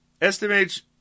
estimates